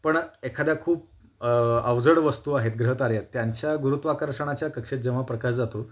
पण एखाद्या खूप अवजड वस्तू आहेत ग्रह तारे आहेत त्यांच्या गुरुत्वाकर्षणाच्या कक्षेत जेव्हा प्रकाश जातो